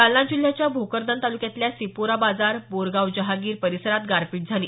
जालना जिल्ह्याच्या भोकरदन तालुक्यातल्या सिपोरा बाजार बोरगाव जहागीर परिसरात गारपीट झाली